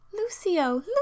Lucio